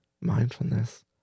mindfulness